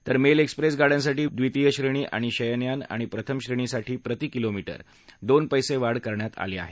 तर mail express गाड्यांसाठी द्वितीय श्रेणी शयनयान आणि प्रथम श्रेणीसाठी प्रति किलोमीटर दोन पैसे वाढ करण्यात आली आहे